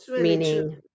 meaning